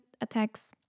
attacks